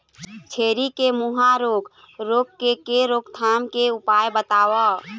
छेरी के मुहा रोग रोग के रोकथाम के उपाय बताव?